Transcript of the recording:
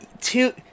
Two